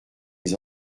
les